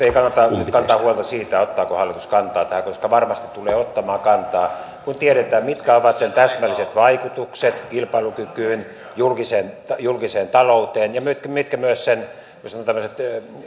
ei kannata nyt kantaa huolta siitä ottaako hallitus kantaa tähän koska varmasti se tulee ottamaan kantaa sitten kun tiedetään mitkä ovat sen täsmälliset vaikutukset kilpailukykyyn ja julkiseen talouteen ja mitkä myös sen tämmöiset